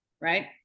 right